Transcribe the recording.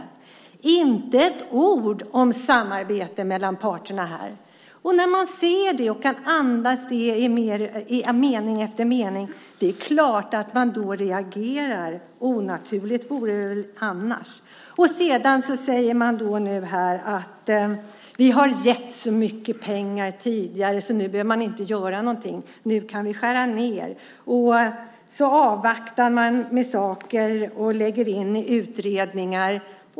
Det står inte ett ord om samarbete mellan parterna. Det är klart att man då reagerar. Onaturligt vore det väl annars. Nu säger man att det har getts så mycket pengar tidigare att nu behöver man inte göra någonting, att nu kan man skära ned. Man avvaktar med saker och lägger in dem i utredningar.